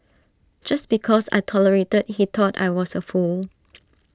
just because I tolerated he thought I was A fool